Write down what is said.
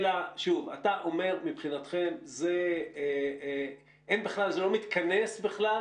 אתה אומר שזה לא מתכנס בכלל